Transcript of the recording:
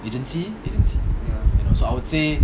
agency agency you know so I would say